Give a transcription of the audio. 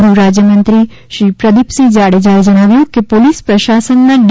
ગૃહ રાજ્ય મંત્રીશ્રી પ્રદિપસિંહ જાડેજાએ જણાવ્યું કે પોલીસ પ્રશાસનમાં ડી